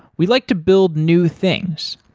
we like to build new things,